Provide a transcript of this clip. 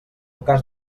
cas